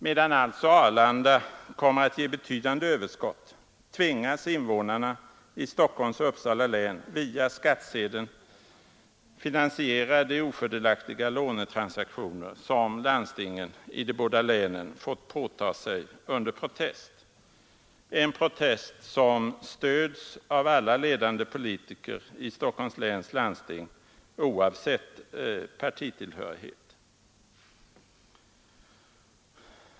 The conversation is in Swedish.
Medan Arlanda alltså kommer att ge ett betydande överskott, tvingas invånarna i Stockholms län och Uppsala län att via skattsedeln finansiera de ofördelaktiga lånetransaktioner som landstingen i de båda länen fått ta på sig under protest, en protest som stöds av alla ledande politiker i Stockholms läns landsting, oavsett partitillhörighet.